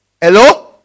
Hello